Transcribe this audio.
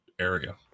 area